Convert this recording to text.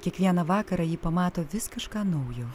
kiekvieną vakarą ji pamato vis kažką naujo